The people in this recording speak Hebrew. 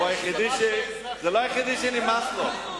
הוא לא היחיד שנמאס לו.